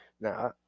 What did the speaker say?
Now